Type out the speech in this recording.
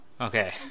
okay